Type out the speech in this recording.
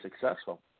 successful